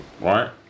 Right